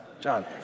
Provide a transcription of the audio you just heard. John